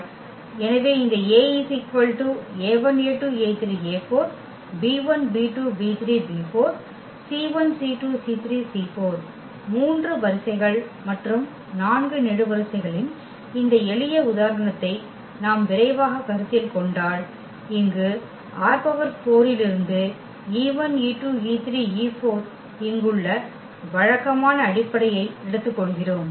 எனவே இந்த 3 வரிசைகள் மற்றும் 4 நெடுவரிசைகளின் இந்த எளிய உதாரணத்தை நாம் விரைவாகக் கருத்தில் கொண்டால் இங்கு ℝ4 இலிருந்து e1 e2 e3 e4 இங்குள்ள வழக்கமான அடிப்படையை எடுத்துக்கொள்கிறோம்